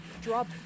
drop